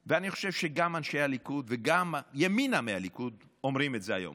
ואני חושב שגם אנשי הליכוד וגם ימינה מהליכוד אומרים את זה היום,